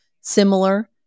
similar